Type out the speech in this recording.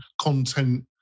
content